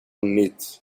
knit